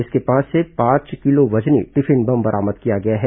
इसके पास से पांच किलो वजनी टिफिन बम भी बरामद किया गया है